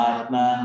Atma